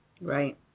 Right